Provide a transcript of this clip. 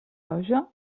roja